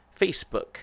Facebook